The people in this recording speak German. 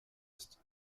ist